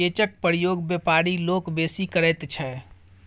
चेकक प्रयोग बेपारी लोक बेसी करैत छै